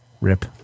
Rip